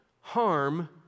harm